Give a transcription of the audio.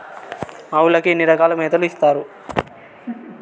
ఆవులకి ఎన్ని రకాల మేతలు ఇస్తారు?